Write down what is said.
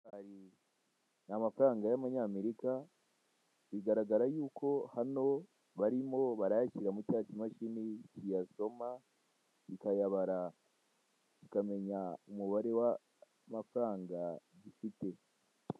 Ni amafaranga y' Amanyamerika, bigaragara y'uko bari kushyira mu kamashini kayabara, ukamenya umubare w'amafaranga ufite.